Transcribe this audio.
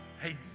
Hey